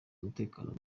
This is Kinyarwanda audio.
umutekano